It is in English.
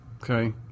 Okay